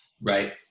Right